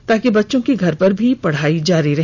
ताकि बच्चों की घर पर भी पढ़ाई जारी रहे